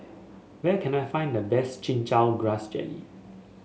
where can I find the best Chin Chow Grass Jelly